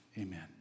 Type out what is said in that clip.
Amen